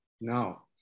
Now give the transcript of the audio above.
No